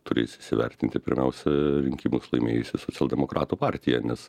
turės įsivertinti pirmiausia rinkimus laimėjusi socialdemokratų partija nes